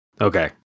Okay